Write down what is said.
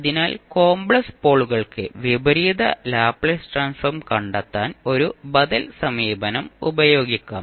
അതിനാൽ കോമ്പ്ലെക്സ് പോളുകളുണ്ടെങ്കിൽ വിപരീത ലാപ്ലേസ് ട്രാൻസ്ഫോം കണ്ടെത്താൻ ഒരു ബദൽ സമീപനം ഉപയോഗിക്കും